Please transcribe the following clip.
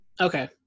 Okay